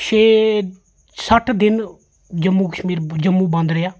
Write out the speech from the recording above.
छे सठ्ठ दिन जम्मू कश्मीर जम्मू बंद रेहा